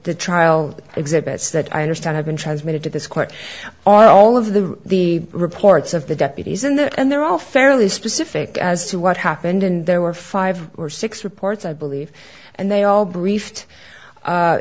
trial exhibits that i understand have been transmitted to this court all of the the reports of the deputies in there and they're all fairly specific as to what happened and there were five or six reports i believe and they all briefed